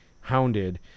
hounded